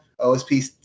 OSP